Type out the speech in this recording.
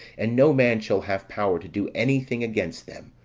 and no man shall have power to do any thing against them,